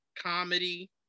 Comedy